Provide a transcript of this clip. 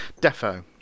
Defo